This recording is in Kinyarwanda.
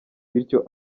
bityo